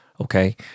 okay